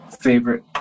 favorite